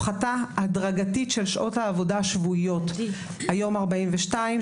הפחתה הדרגתית של שעות העבודה השבועיות - היום 42,